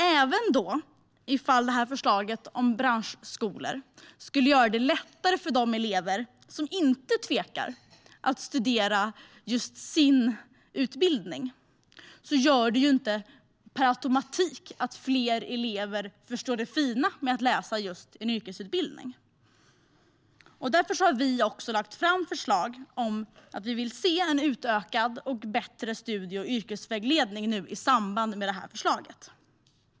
Även om förslaget om branschskolor skulle göra det lättare för de elever som inte tvekar inför att läsa just en sådan utbildning gör det inte per automatik att fler elever förstår det fina med att läsa en yrkesutbildning. Därför har vi lagt fram förslag om en utökad och bättre studie och yrkesvägledning i samband med det här förslaget.